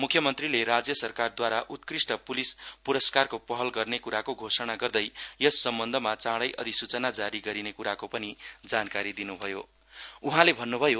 मुख्यमन्त्रीले राज्य सरकारद्वारा उत्कृष्ट पुलिस पुरस्कारको पहल गर्ने कराको घोषणा गर्दै यस सम्बन्धमा चाँडै अधिसूचना जारी गरिने कुराको पनि जानकारी दिनुभयो